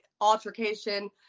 altercation